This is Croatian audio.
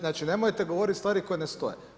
Znači nemojte govoriti stvari koje ne stoje.